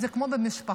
זה כמו במשפחה,